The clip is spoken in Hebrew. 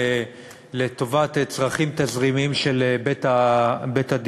לטובת צרכים תזרימיים של בית-הדיור,